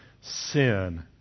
sin